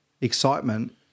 excitement